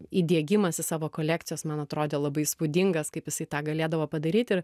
įdiegimas į savo kolekcijos man atrodė labai įspūdingas kaip jisai tą galėdavo padaryti ir